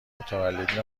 متولدین